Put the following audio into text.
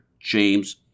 James